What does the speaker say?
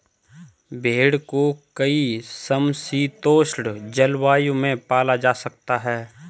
भेड़ को कई समशीतोष्ण जलवायु में पाला जा सकता है